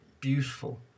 Beautiful